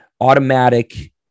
automatic